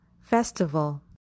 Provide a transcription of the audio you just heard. Festival